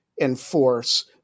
enforce